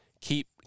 keep